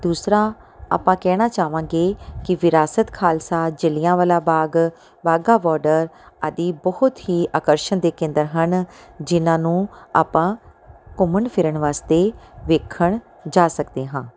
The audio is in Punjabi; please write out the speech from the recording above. ਦੂਸਰਾ ਆਪਾਂ ਕਹਿਣਾ ਚਾਹਵਾਂਗੇ ਕਿ ਵਿਰਾਸਤ ਖਾਲਸਾ ਜਲਿਆਂ ਵਾਲਾ ਬਾਗ ਵਾਗਾ ਬੋਡਰ ਆਦਿ ਬਹੁਤ ਹੀ ਆਕਰਸ਼ਣ ਦੇ ਕੇਂਦਰ ਹਨ ਜਿਹਨਾਂ ਨੂੰ ਆਪਾਂ ਘੁੰਮਣ ਫਿਰਣ ਵਾਸਤੇ ਵੇਖਣ ਜਾ ਸਕਦੇ ਹਾਂ